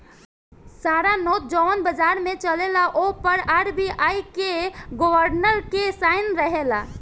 सारा नोट जवन बाजार में चलेला ओ पर आर.बी.आई के गवर्नर के साइन रहेला